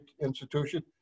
institution